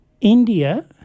India